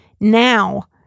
now